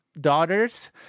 daughters